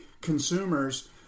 consumers